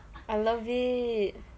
I love it